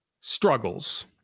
struggles